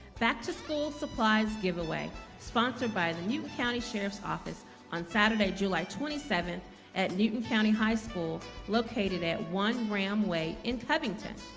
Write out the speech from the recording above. back to school supplies giveaway sponsored by the new county sheriff's office on saturday july twenty seventh at newton county high school located at one ram way in covington